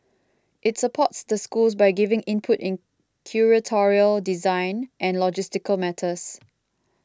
it supports the schools by giving input in curatorial design and logistical matters